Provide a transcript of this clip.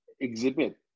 exhibit